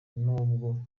n’ubwo